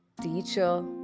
teacher